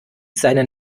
seinen